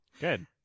Good